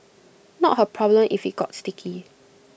not her problem if IT got sticky